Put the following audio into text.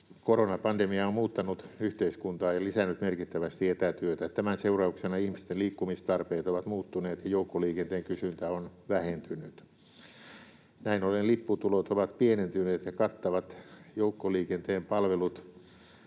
Koronapandemia on muuttanut yhteiskuntaa ja lisännyt merkittävästi etätyötä. Tämän seurauksena ihmisten liikkumistarpeet ovat muuttuneet ja joukkoliikenteen kysyntä on vähentynyt. Näin ollen lipputulot ovat pienentyneet, ja ilman tukea olisi